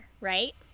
right